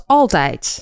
altijd